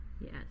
yes